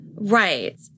Right